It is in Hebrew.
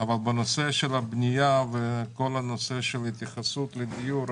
אבל בנושא של הבנייה וכל הנושא ההתייחסות של הדיור,